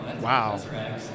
Wow